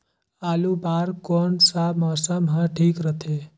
आलू बार कौन सा मौसम ह ठीक रथे?